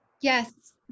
Yes